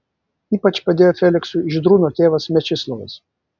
ypač padėjo feliksui žydrūno tėvas mečislovas